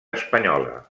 espanyola